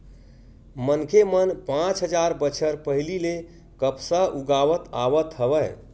मनखे मन पाँच हजार बछर पहिली ले कपसा उगावत आवत हवय